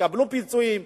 יקבלו פיצויים.